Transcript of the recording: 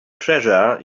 treasure